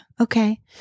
Okay